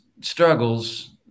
struggles